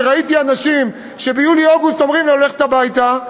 וראיתי אנשים שביולי-אוגוסט אומרים להם ללכת הביתה,